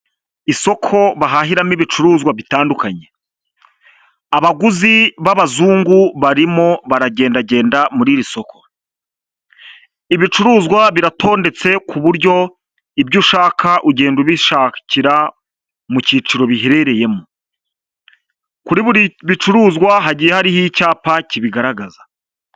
Isoko bahahiramo ibicuruzwa bitandukanye. Abaguzi b'abazungu barimo baragendagenda muri iri soko . Ibicuruzwa biratondetse ku buryo ibyo ushaka ugenda ubishakira mu cyiciro biherereyemo, kuri buri bicuruzwa hagiye hariho icyapa kibigaragaza.